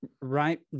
right